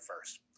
first